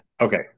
Okay